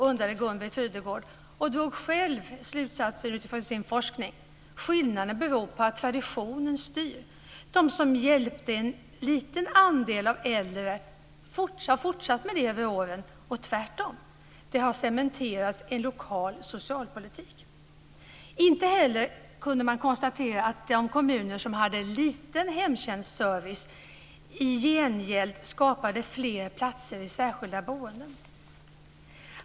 undrade Gun Britt Trydegård och drog själv slutsatsen utifrån sin forskning. Skillnaderna beror på att traditionen styr. De kommuner som hjälpte en liten andel av de äldre har fortsatt med det under åren och tvärtom. Det har cementerats en lokal socialpolitik. Inte heller kunde man konstatera att de kommuner som hade en liten hemtjänstservice i gengäld skapade fler platser i särskilda boenden.